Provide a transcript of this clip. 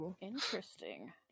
interesting